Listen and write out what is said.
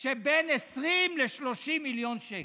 של בין 20 ל-30 מיליון שקל,